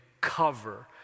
cover